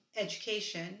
education